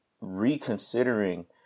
reconsidering